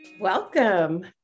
Welcome